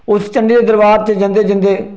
उस चंडी दे दरबार च जंदे जंदे